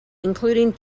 including